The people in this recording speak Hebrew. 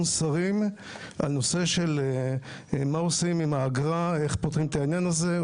שרים על נושא של מה עושים עם האגרה ואיך פותרים את הנושא הזה.